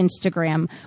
Instagram